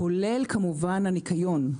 כולל, כמובן, את הניקיון.